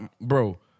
bro